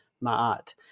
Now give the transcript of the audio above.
Maat